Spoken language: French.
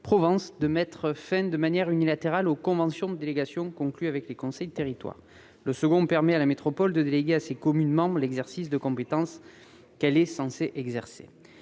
de mettre fin de manière unilatérale aux conventions de délégation conclues avec les conseils de territoire. Le second permet à la métropole de déléguer à ses communes membres l'exercice de compétences qu'elle est censée exercer.